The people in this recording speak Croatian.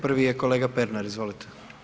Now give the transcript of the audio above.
Prvi je kolega Pernar, izvolite.